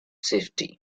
safety